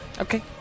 Okay